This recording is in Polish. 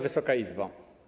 Wysoka Izbo!